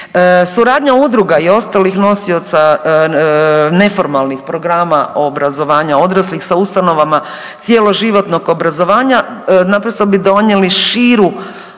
Suradnja udruga i ostalih nosioca neformalnih programa obrazovanja odraslih sa ustanovama cjeloživotnog obrazovanja naprosto bi donijeli širu